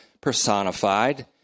personified